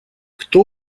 кто